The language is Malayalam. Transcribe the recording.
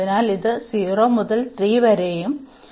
അതിനാൽ ഇത് 0 മുതൽ 3 വരെയും ഉം ആണ്